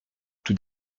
tout